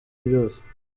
byose